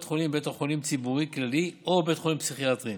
חולים בבית חולים ציבורי כללי או בבית חולים פסיכיאטרי,